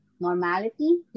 normality